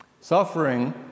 Suffering